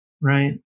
right